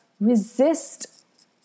resist